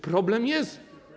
Problem jest.